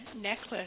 necklace